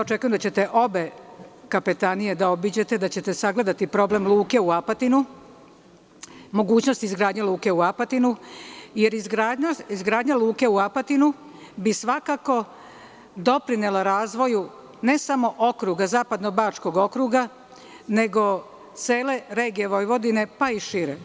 Očekujem da ćete obići obe kapetanije, da ćete sagledati problem luke u Apatinu, mogućnost izgradnje luke u Apatinu, jer izgradnjom luke u Apatinu bi svakako doprinela razvoju, ne samo Zapadnobačkog okruga, nego cele regije Vojvodine, pa i šire.